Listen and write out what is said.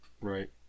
right